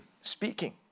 speaking